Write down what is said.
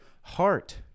heart